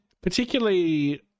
particularly